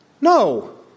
No